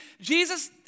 Jesus